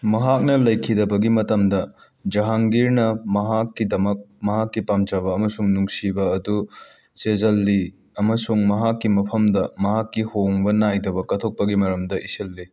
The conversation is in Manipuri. ꯃꯍꯥꯛꯅ ꯂꯩꯈꯤꯗꯕꯒꯤ ꯃꯇꯝꯗ ꯖꯍꯥꯡꯒꯤꯔꯅ ꯃꯍꯥꯛꯀꯤꯗꯃꯛ ꯃꯍꯥꯛꯀꯤ ꯄꯥꯝꯖꯕ ꯑꯃꯁꯨꯡ ꯅꯨꯡꯁꯤꯕ ꯑꯗꯨ ꯆꯦꯖꯜꯂꯤ ꯑꯃꯁꯨꯡ ꯃꯍꯥꯛꯀꯤ ꯃꯐꯝꯗ ꯃꯍꯥꯛꯀꯤ ꯍꯣꯡꯕ ꯅꯥꯏꯗꯕ ꯀꯊꯣꯛꯄꯒꯤ ꯃꯔꯗ ꯏꯁꯤꯜꯂꯤ